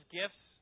gifts